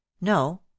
no